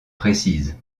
précise